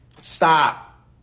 Stop